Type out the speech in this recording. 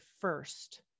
first